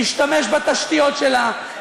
משתמש בתשתיות שלה,